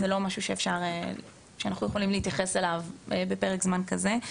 וזה לא משהו שאנחנו יכולים להתייחס אליו בפרק זמן כזה.